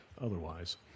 otherwise